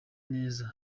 neza